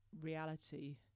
reality